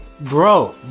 Bro